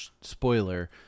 spoiler